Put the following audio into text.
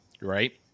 Right